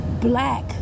black